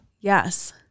Yes